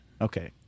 Okay